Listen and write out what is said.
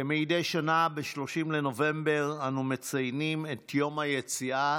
כמדי שנה ב-30 בנובמבר אנו מציינים את יום היציאה